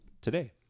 today